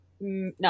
no